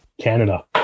Canada